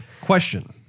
Question